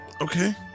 okay